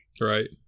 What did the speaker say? Right